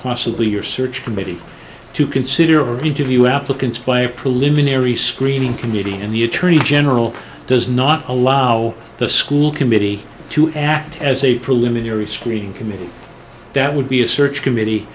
possibly your search committee to consider or interview applicants by a preliminary screening committee and the attorney general does not allow the school committee to act as a preliminary screening committee that would be a search committee